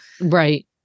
Right